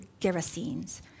Gerasenes